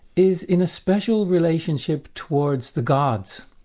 is in a special relationship towards the gods,